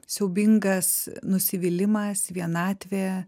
siaubingas nusivylimas vienatvė